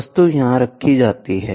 वस्तु यहां रखी जाती है